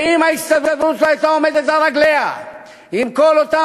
ואם ההסתדרות לא הייתה עומדת על רגליה עם כל אותם